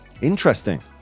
Interesting